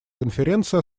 конференции